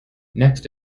next